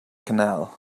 canal